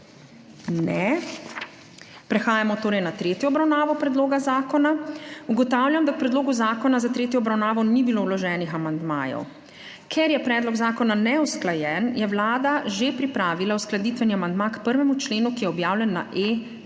(Ne.) Prehajamo torej na **tretjo obravnavo** predloga zakona. Ugotavljam, da k predlogu zakona za tretjo obravnavo ni bilo vloženih amandmajev. Ker je predlog zakona neusklajen, je Vlada že pripravila uskladitveni amandma k 1. členu, ki je objavljen na e-klopi.